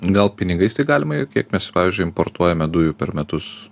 gal pinigais tai galima ir kiek mes pavyzdžiui importuojame dujų per metus